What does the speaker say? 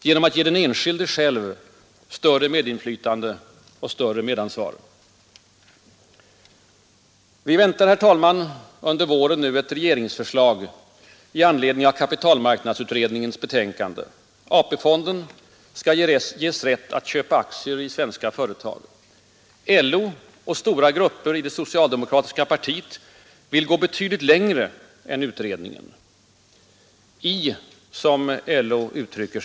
Genom att ge den enskilde själv större medinflytande och större medansvar? Herr talman! Under våren väntas ett regeringsförslag i anledning av kapitalmarknadsutredningens betänkande. AP-fonden skall ges rätt att köpa aktier i svenska företag. LO och stora grupper inom det socialdemokratiska partiet vill gå betydligt längre än utredningen.